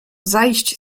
zajść